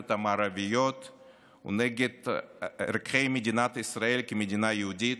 המערביות ונגד ערכי מדינת ישראל כמדינה יהודית,